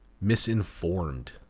misinformed